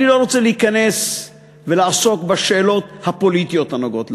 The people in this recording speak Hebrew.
אני לא רוצה להיכנס ולעסוק בשאלות הפוליטיות הנוגעות לעניין.